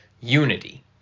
Unity